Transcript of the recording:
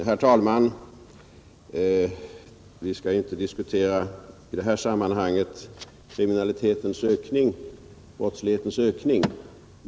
Herr talman! Vi skall i detta sammanhang inte diskutera kriminalitetens och brottslighetens ökning.